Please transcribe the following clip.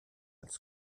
als